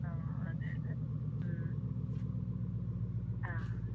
ആ അതെയതെ ആ